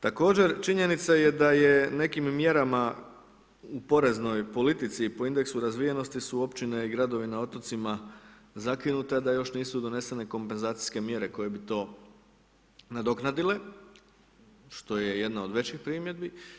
Također, činjenica je da je nekim mjerama u poreznoj politici po indeksu razvijenosti su općine i gradovi na otocima zakinuti a da još nisu donesene kompenzacije mjere koje bi to nadoknadile, što je jedna od većih primjedbi.